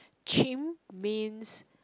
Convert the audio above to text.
chim means